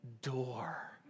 door